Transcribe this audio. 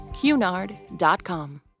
cunard.com